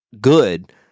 good